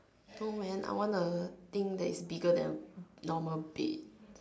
so man I want a thing that is bigger than normal bed